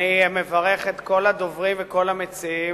אני מברך את כל הדוברים וכל המציעים.